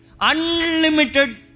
Unlimited